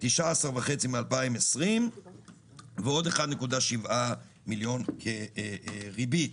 19.5 מ-2020 ועוד 1.7 מיליון כריבית.